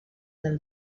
del